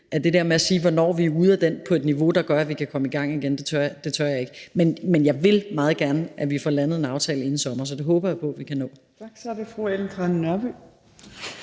at jeg ikke tør sige, hvornår vi er ude af den på et niveau, der gør, at vi kan komme i gang igen. Men jeg vil meget gerne, at vi får landet en aftale inden sommer, så det håber jeg på vi kan nå. Kl. 15:30 Fjerde næstformand (Trine